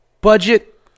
budget